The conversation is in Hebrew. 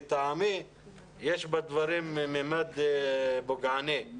לטעמי יש בדברים ממד פוגעני,